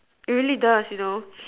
it really does you know